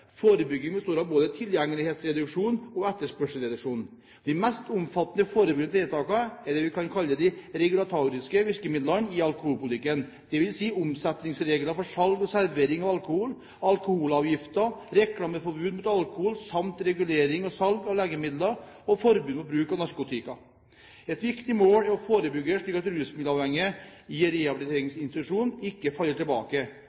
Forebygging består av både tilgjengelighetsreduksjon og etterspørselsreduksjon. De mest omfattende forebyggende tiltakene er det vi kan kalle de regulatoriske virkemidlene i alkoholpolitikken, dvs. omsetningsreglene for salg og servering av alkohol, alkoholavgiftene, reklameforbud mot alkohol samt regulering av salg av legemidler og forbud mot bruk av narkotika. Et viktig mål er å forebygge, slik at rusmiddelavhengige i en rehabiliteringssituasjon ikke faller tilbake.